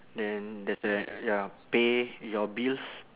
then there's a ya pay your bills